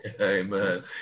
Amen